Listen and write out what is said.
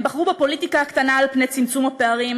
הם בחרו בפוליטיקה הקטנה על פני צמצום הפערים,